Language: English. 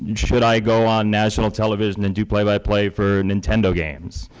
and should should i go on national television and do play-by-play for nintendo games?